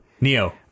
Neo